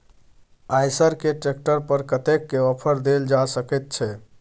आयसर के ट्रैक्टर पर कतेक के ऑफर देल जा सकेत छै?